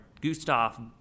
Gustav